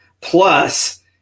Plus